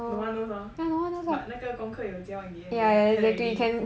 no one knows lor but 那个功课有交 in the end can already